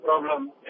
problem